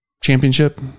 championship